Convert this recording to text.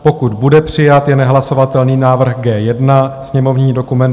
Pokud bude přijat, je nehlasovatelný návrh G1, sněmovní dokument 2373.